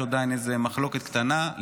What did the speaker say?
יש עדיין איזו מחלוקת קטנה,